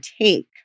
take